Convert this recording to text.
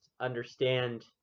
understand